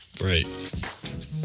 right